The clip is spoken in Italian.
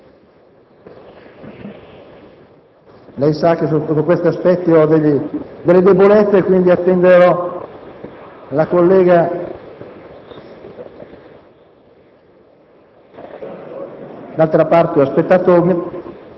Lei sa che sotto questo aspetto ho delle debolezze, quindi attenderò la collega.